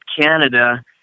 Canada